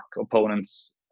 opponents